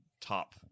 top